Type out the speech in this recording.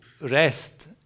rest